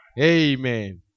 Amen